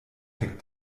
picked